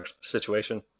situation